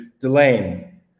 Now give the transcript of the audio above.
Delane